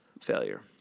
failure